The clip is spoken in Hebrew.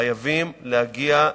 חייבים להגיע,